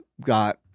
got